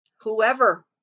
whoever